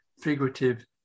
figurative